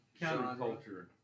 counterculture